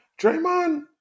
Draymond